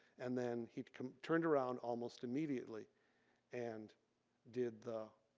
and then he turned around almost immediately and did the,